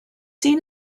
seen